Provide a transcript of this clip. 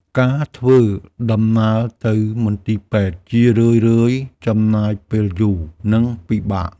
ការធ្វើដំណើរទៅមន្ទីរពេទ្យជារឿយៗចំណាយពេលយូរ និងពិបាក។